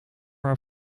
haar